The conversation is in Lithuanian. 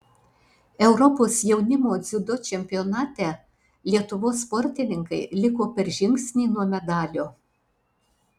europos jaunimo dziudo čempionate lietuvos sportininkai liko per žingsnį nuo medalio